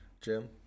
Jim